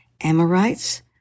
Amorites